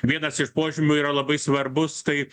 vienas iš požymių yra labai svarbus tai